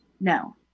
No